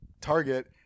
Target